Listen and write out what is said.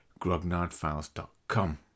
grognardfiles.com